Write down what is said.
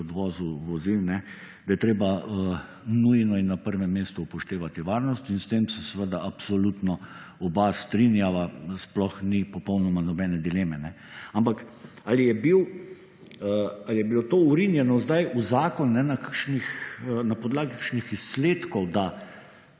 pri odvozu vozil, da je treba nujno in na prvem mestu upoštevati varnost in s tem se absolutno oba strinjava sploh ni popolnoma nobene dileme. Ampak ali je bilo to vrinjeno sedaj v zakon na podlagi kakšnih izsledkov, da